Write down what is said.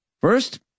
First